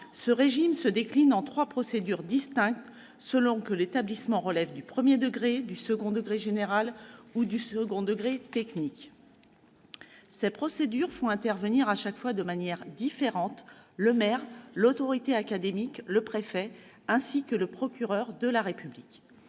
ce régime se décline en trois procédures distinctes selon que l'établissement relève du premier degré, du second degré général ou du second degré technique. Ces procédures font intervenir, à chaque fois de manière différente, le maire, l'autorité académique, le préfet, ainsi que le procureur de la République.